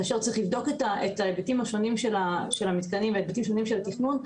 שצריך לבדוק את ההיבטים השונים של המתקנים וההיבטים השונים של התכנון,